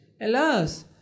Alas